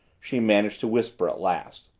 she managed to whisper at last.